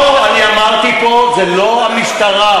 לא, אתה אמרת, לא, אני אגיד מה המשטרה.